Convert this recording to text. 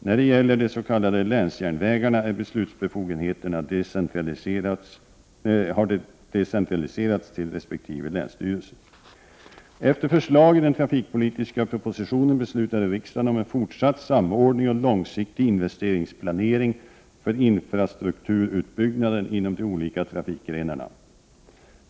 När det gäller de s.k. länsjärnvägarna har beslutsbefogenheterna decentraliserats till resp. länsstyrelse. Efter förslag i den trafikpolitiska propositionen beslutade riksdagen om en fortsatt samordning och långsiktig investeringsplanering för infrastrukturutbyggnaden inom de olika trafikgrenarna.